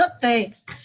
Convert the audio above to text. Thanks